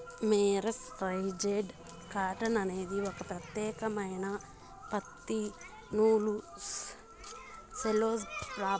mercerised cotton అనేది ఒక ప్రత్యేకమైన పత్తి నూలు సెల్యులోజ్ ఫాబ్రిక్